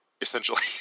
essentially